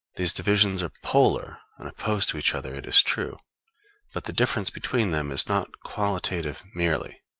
these divisions are polar and opposed to each other, it is true but the difference between them is not qualitative merely,